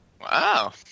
Wow